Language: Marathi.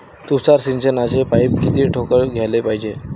तुषार सिंचनाचे पाइप किती ठोकळ घ्याले पायजे?